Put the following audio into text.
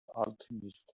alchemist